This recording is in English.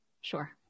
Sure